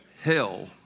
hell